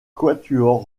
quatuor